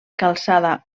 calçada